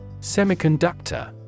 Semiconductor